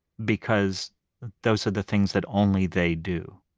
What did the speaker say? because those are the things that only they do.